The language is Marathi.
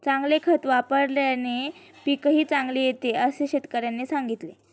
चांगले खत वापल्याने पीकही चांगले येते असे शेतकऱ्याने सांगितले